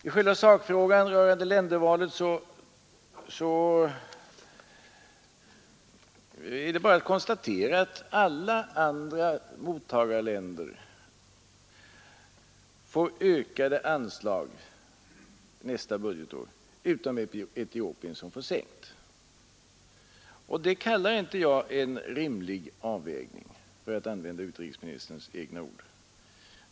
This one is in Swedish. I själva sakfrågan rörande ländervalet är det bara att konstatera att alla mottagarländer får ökade anslag nästa budgetår utom Etiopien, som får sänkt. Och det kallar inte jag en rimlig avvägning, för att använda utrikesministerns egna ord.